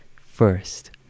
first